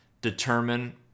determine